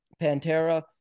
Pantera